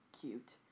cute